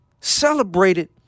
Celebrated